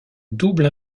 double